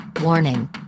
Warning